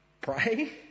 pray